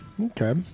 okay